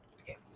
Okay